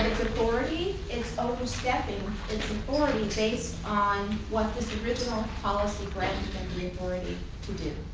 authority. it's overstepping its authority based on what this original policy granted them the authority to do.